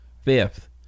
fifth